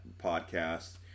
podcast